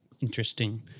Interesting